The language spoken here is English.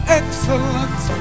excellence